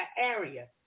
area